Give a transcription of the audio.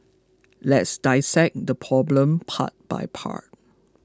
let's dissect this problem part by part